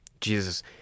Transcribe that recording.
Jesus